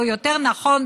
או יותר נכון,